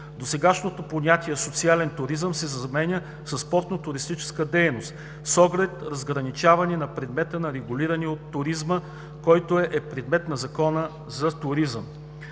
Досегашното понятие „социален туризъм“ се заменя със „спортно-туристическа дейност“ с оглед разграничаване на предмета на регулиране от туризма, който е предмет на Закона за туризма.